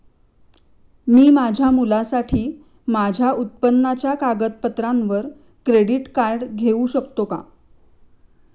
मी माझ्या मुलासाठी माझ्या उत्पन्नाच्या कागदपत्रांवर क्रेडिट कार्ड घेऊ शकतो का?